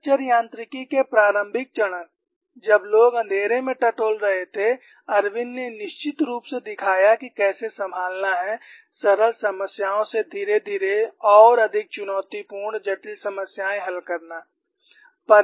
fracture यांत्रिकी के प्रारंभिक चरण जब लोग अंधेरे में टटोल रहे थे इरविन ने निश्चित रूप से दिखाया कि कैसे संभालना है सरल समस्याओं से धीरे धीरे और अधिक चुनौतीपूर्ण जटिल समस्याएं हल करना